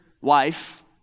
wife